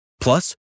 Plus